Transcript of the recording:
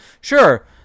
sure